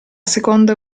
seconda